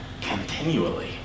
continually